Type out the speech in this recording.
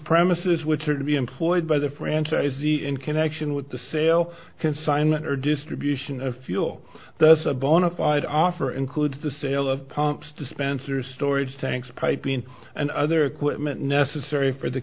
premises which are to be employed by the franchisee in connection with the sale consignment or distribution of fuel thus a bona fide offer includes the sale of pumps dispensers storage tanks piping and other equipment necessary for the